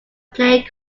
playing